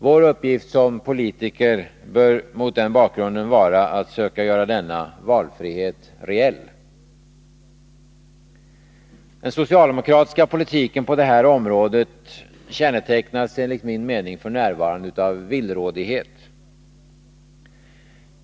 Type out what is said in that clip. Vår uppgift som politiker bör mot den bakgrunden vara att söka göra denna valfrihet reell. Den socialdemokratiska politiken på detta område kännetecknas enligt min mening f. n. av villrådighet.